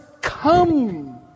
Come